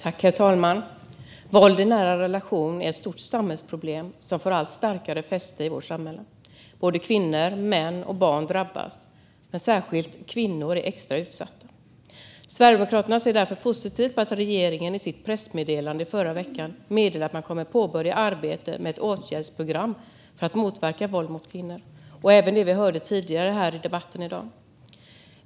Herr talman! Våld i nära relation är ett stort samhällsproblem, som får allt starkare fäste i vårt samhälle. Kvinnor, män och barn drabbas, men särskilt kvinnor är extra utsatta. Sverigedemokraterna ser därför positivt på att regeringen i sitt pressmeddelande i förra veckan meddelade att man kommer att påbörja arbetet med ett åtgärdsprogram för att motverka våld mot kvinnor. Det har vi också hört i debatten tidigare i dag.